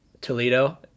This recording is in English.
Toledo